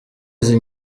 izi